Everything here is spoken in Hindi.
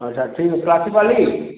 अच्छा ठीक है कॉपी वाली